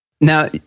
now